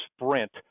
sprint